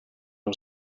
who